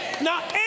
Now